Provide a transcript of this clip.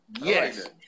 Yes